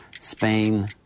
Spain